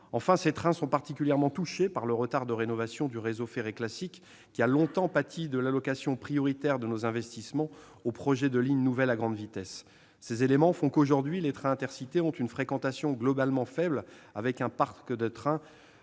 Enfin, les trains Intercités sont particulièrement touchés par le retard de rénovation du réseau ferré classique, qui a longtemps pâti de l'allocation prioritaire des investissements aux projets de lignes nouvelles à grande vitesse. Ces éléments font que les trains Intercités ont aujourd'hui une fréquentation globalement faible, avec un parc de trains